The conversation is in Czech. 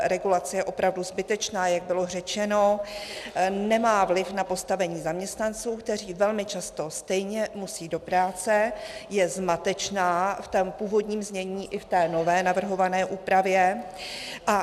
Regulace je opravdu zbytečná, jak bylo řečeno, nemá vliv na postavení zaměstnanců, kteří velmi často stejně musí do práce, je zmatečná v tom původním znění i v té nově navrhované úpravě.